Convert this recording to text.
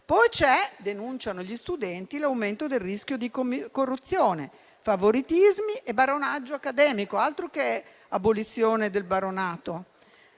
studenti denunciano poi l'aumento del rischio di corruzione, di favoritismi e baronato accademico: altro che abolizione del baronato,